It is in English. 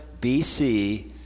BC